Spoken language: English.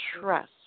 trust